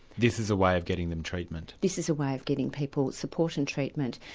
this is a way of getting them treatment? this is a way of getting people support and treatment.